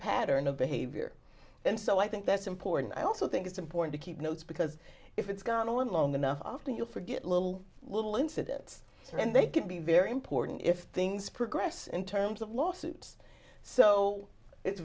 pattern of behavior and so i think that's important i also think it's important to keep notes because if it's gone on long enough often you'll forget little little incidents and they can be very important if things progress in terms of lawsuits so it's